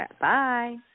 Bye